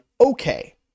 okay